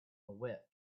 whip